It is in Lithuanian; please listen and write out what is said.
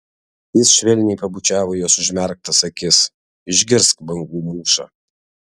jis švelniai pabučiavo jos užmerktas akis išgirsk bangų mūšą